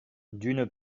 d’une